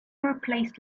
replaced